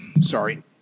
sorry